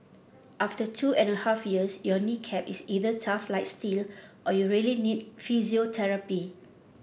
after two and a half years your knee cap is either tough like steel or you really need physiotherapy